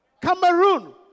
Cameroon